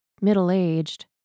middle-aged